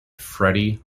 freddie